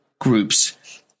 groups